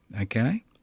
okay